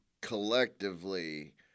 collectively